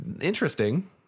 interesting